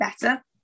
better